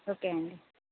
okay అండి